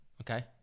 Okay